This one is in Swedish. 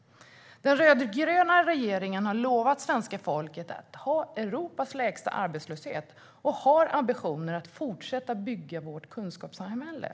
Den rödgröna regeringen har lovat svenska folket att ha Europas lägsta arbetslöshet, och den har ambitioner att fortsätta bygga vårt kunskapssamhälle.